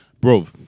bro